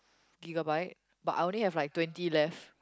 gigabyte but I only have like twenty left